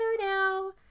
now